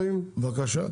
חודש.